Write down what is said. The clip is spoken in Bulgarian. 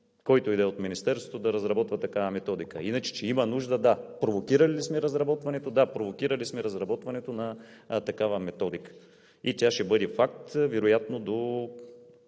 който и да е от Министерството да разработва такава методика. А иначе, че има нужда – да. Провокирали ли сме разработването? Да, провокирали сме разработването на такава методика и тя ще бъде факт вероятно до